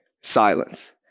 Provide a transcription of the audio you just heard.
Silence